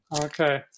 Okay